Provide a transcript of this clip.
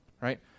right